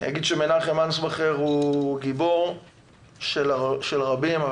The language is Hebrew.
מנחם אנסבכר הוא גיבור של רבים,